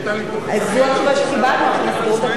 זו התשובה שקיבלנו ממזכירות הכנסת.